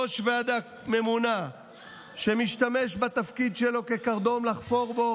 ראש ועדה ממונה שמשתמש בתפקיד שלו כקרדום לחפור בו